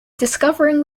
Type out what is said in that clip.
discovering